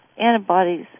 antibodies